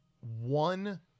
One